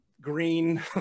green